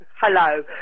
Hello